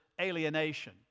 alienation